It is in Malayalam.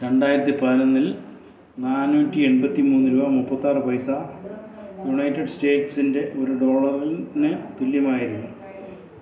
രണ്ടായിരത്തി പതിനൊന്നിൽ നാനൂറ്റി എൺപത്തി മൂന്ന് രൂപ മുപ്പത്തിയാറ് പൈസ യുണൈറ്റഡ് സ്റ്റേറ്റ്സിന്റെ ഒരു ഡോളറിൽ ന് തുല്യമായിരുന്നു